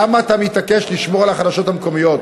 למה אתה מתעקש לשמור על החדשות המקומיות?